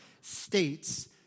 states